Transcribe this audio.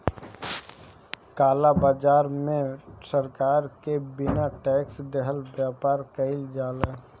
काला बाजार में सरकार के बिना टेक्स देहले व्यापार कईल जाला